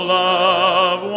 love